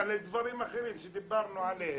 מפריעים דברים אחרים שדיברנו עליהם.